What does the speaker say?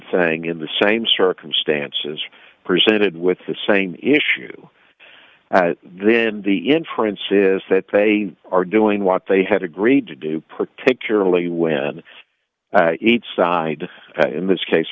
thing in the same circumstances presented with the same issue then the inference is that they are doing what they had agreed to do particularly when each side in this case